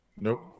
Nope